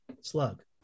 slug